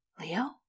Leo